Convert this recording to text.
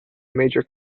major